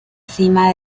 cima